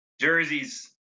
jerseys